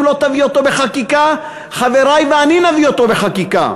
אם לא תביא אותו בחקיקה חברי ואני נביא אותו בחקיקה,